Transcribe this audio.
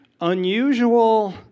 unusual